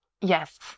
Yes